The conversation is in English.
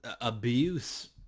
abuse